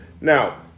Now